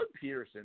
Peterson